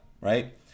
right